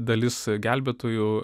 dalis gelbėtojų